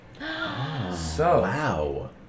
Wow